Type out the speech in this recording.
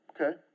Okay